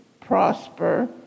prosper